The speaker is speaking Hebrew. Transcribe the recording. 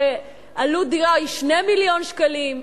כשעלות דירה היא 2 מיליון שקלים,